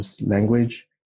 language